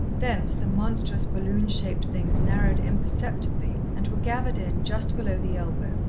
thence, the monstrous, balloon-shaped things narrowed imperceptibly, and were gathered in just below the elbow,